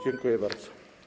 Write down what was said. Dziękuję bardzo.